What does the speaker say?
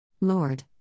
Lord